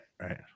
right